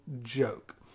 joke